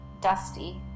Dusty